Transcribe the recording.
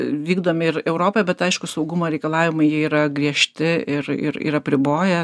vykdomi ir europoje bet aišku saugumo reikalavimai jie yra griežti ir ir ir apriboja